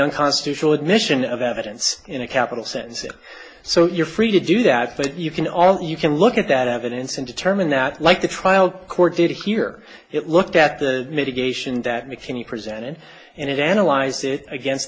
young constitutional admission of evidence in a capital sense so you're free to do that but you can all you can look at that evidence and determine that like the trial court did hear it looked at the mitigation that mckinney presented and analyze it against